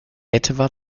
etwa